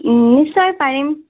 নিশ্চয় পাৰিম